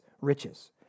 riches